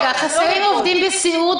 חסרים עובדים בסיעוד,